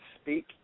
speak